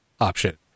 option